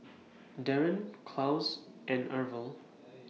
Daryn Claus and Arvel